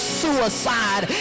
suicide